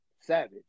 Savage